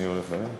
(חותם על ההצהרה)